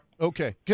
okay